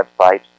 website